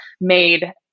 made